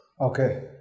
okay